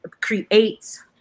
creates